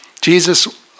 Jesus